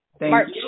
March